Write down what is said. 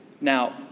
Now